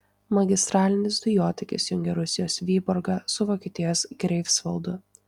magistralinis dujotiekis jungia rusijos vyborgą su vokietijos greifsvaldu